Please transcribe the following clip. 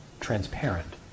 transparent